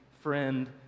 friend